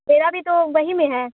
میرا بھی تو وہی میں ہیں